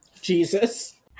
Jesus